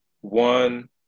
one